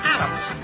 Adams